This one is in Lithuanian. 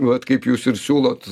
vat kaip jūs ir siūlot